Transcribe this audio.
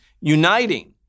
uniting